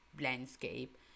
landscape